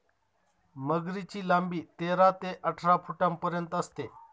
मगरीची लांबी तेरा ते अठरा फुटांपर्यंत असते